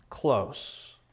close